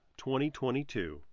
2022